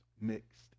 mixed